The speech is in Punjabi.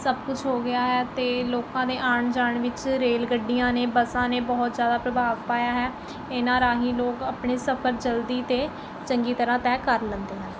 ਸਭ ਕੁਛ ਹੋ ਗਿਆ ਹੈ ਅਤੇ ਲੋਕਾਂ ਨੇ ਆਉਣ ਜਾਣ ਵਿੱਚ ਰੇਲ ਗੱਡੀਆਂ ਨੇ ਬੱਸਾਂ ਨੇ ਬਹੁਤ ਜ਼ਿਆਦਾ ਪ੍ਰਭਾਵ ਪਾਇਆ ਹੈ ਇਹਨਾਂ ਰਾਹੀਂ ਲੋਕ ਆਪਣੇ ਸਫਰ ਜਲਦੀ ਅਤੇ ਚੰਗੀ ਤਰ੍ਹਾਂ ਤੈਅ ਕਰ ਲੈਂਦੇ ਹਨ